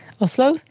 Oslo